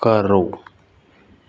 ਕਰੋ